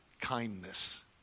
kindness